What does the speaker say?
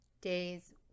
Days